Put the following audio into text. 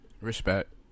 Respect